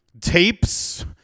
tapes